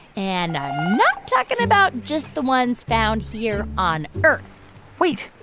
and i'm not talking about just the ones found here on earth wait.